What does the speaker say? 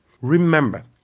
remember